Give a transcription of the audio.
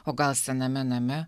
o gal sename name